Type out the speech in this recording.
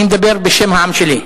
אני מדבר בשם העם שלי.